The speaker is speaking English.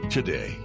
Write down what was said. Today